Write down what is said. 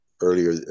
earlier